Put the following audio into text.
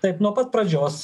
taip nuo pat pradžios